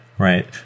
Right